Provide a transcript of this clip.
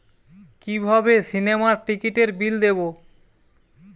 কিভাবে সিনেমার টিকিটের বিল দেবো?